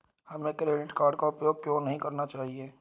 हमें credit card का उपयोग क्यों नहीं करना चाहिए?